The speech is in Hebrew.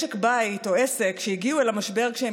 משק בית או עסק שהגיעו למשבר כשהם